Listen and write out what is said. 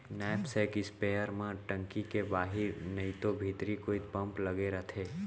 knapsack spare म टंकी के बाहिर नइतो भीतरी कोइत पम्प लगे रथे